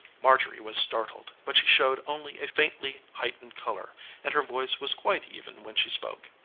marjorie was startled, but she showed only a faintly heightened color and her voice was quite even when she spoke.